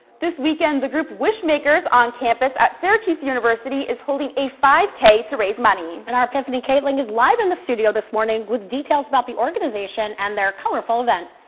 this weekend the group wish makers on campus at syracuse university is holding a five k to raise money. and our epiphany catling is live in studio this morning with details about the organization and their colorful event.